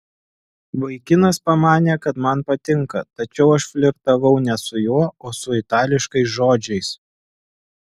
vaikinas pamanė kad man patinka tačiau aš flirtavau ne su juo o su itališkais žodžiais